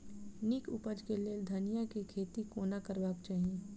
नीक उपज केँ लेल धनिया केँ खेती कोना करबाक चाहि?